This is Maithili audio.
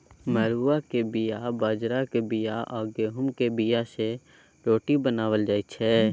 मरुआक बीया, बजराक बीया आ गहुँम केर बीया सँ रोटी बनाएल जाइ छै